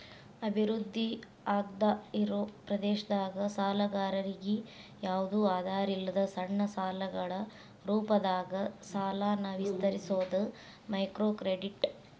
ಅಭಿವೃದ್ಧಿ ಆಗ್ದಾಇರೋ ಪ್ರದೇಶದಾಗ ಸಾಲಗಾರರಿಗಿ ಯಾವ್ದು ಆಧಾರಿಲ್ಲದ ಸಣ್ಣ ಸಾಲಗಳ ರೂಪದಾಗ ಸಾಲನ ವಿಸ್ತರಿಸೋದ ಮೈಕ್ರೋಕ್ರೆಡಿಟ್